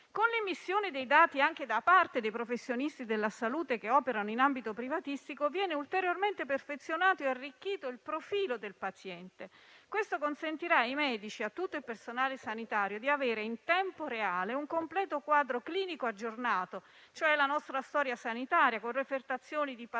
Con l'emissione dei dati anche da parte dei professionisti della salute che operano in ambito privatistico viene ulteriormente perfezionato e arricchito il profilo del paziente. Questo consentirà ai medici e a tutto il personale sanitario di avere in tempo reale un completo quadro clinico aggiornato, cioè la nostra storia sanitaria, con refertazioni di patologie,